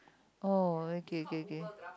oh okay okay okay